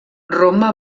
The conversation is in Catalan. roma